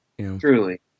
truly